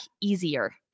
easier